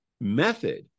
method